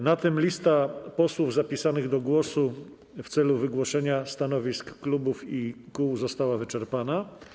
Na tym lista posłów zapisanych do głosu w celu wygłoszenia stanowisk klubów i kół została wyczerpana.